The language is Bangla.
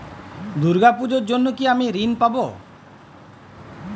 দুর্গা পুজোর জন্য কি আমি ঋণ পাবো?